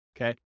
Okay